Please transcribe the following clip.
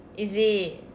is it